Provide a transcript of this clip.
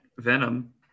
Venom